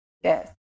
Yes